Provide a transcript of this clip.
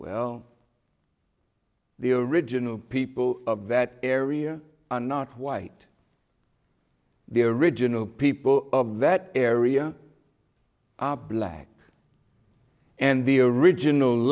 well the original people of that area are not white the original people of that area black and the original